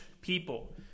people